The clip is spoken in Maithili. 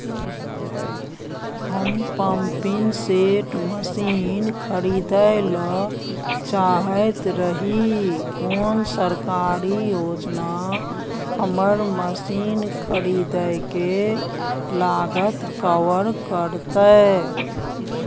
हम पम्पिंग सेट मसीन खरीदैय ल चाहैत रही कोन सरकारी योजना हमर मसीन खरीदय के लागत कवर करतय?